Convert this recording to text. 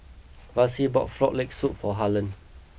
Vassie bought Frog Leg Soup for Harlen